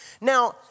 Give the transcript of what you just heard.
Now